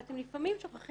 אתם לפעמים שוכחים